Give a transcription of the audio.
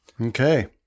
Okay